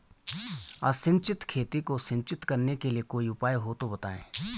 असिंचित खेती को सिंचित करने के लिए कोई उपाय हो तो बताएं?